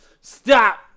Stop